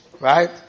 Right